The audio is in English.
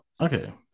Okay